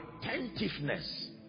attentiveness